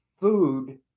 food